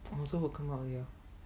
orh so will come out already uh